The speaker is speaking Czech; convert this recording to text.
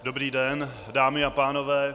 Dobrý den, dámy a pánové.